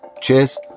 Cheers